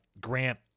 Grant